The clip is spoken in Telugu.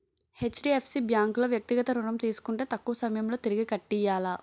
హెచ్.డి.ఎఫ్.సి బ్యాంకు లో వ్యక్తిగత ఋణం తీసుకుంటే తక్కువ సమయంలో తిరిగి కట్టియ్యాల